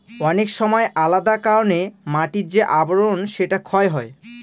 অনেক সময় আলাদা কারনে মাটির যে আবরন সেটা ক্ষয় হয়